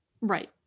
Right